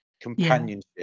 companionship